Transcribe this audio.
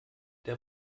der